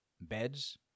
beds